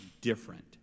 different